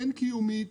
הן קיומית